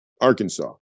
Arkansas